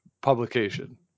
publication